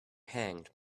hanged